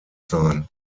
sein